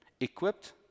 equipped